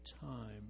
time